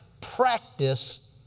practice